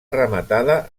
rematada